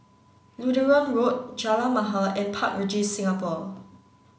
Lutheran Road Jalan Mahir and Park Regis Singapore